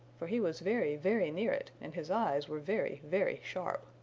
for he was very, very near it, and his eyes were very, very sharp.